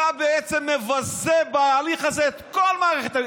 אתה בעצם מבזה בהליך הזה את כל המערכת,